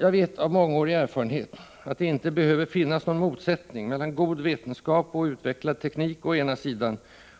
Jag vet av mångårig erfarenhet att det inte behöver finnas någon motsättning mellan god vetenskap och utvecklad teknik å ena sidan